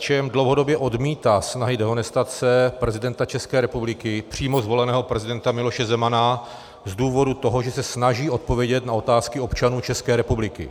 KSČM dlouhodobě odmítá snahy dehonestace prezidenta České republiky, přímo zvoleného prezidenta Miloše Zemana, z důvodu toho, že se snaží odpovědět na otázky občanů České republiky.